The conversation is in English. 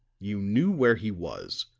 you knew where he was,